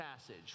passage